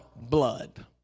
blood